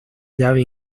llave